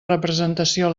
representació